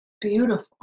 Beautiful